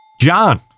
John